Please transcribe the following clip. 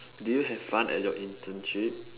do you have fun at your internship